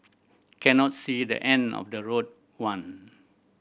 cannot see the end of the road one